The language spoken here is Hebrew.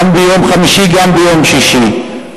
גם ביום חמישי וגם ביום שישי,